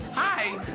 hi!